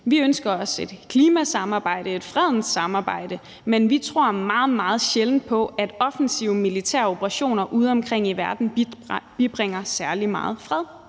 Vi ønsker os et klimasamarbejde og et fredens samarbejde, men vi tror meget, meget sjældent på, at offensive militære operationer udeomkring i verden bibringer særlig meget fred.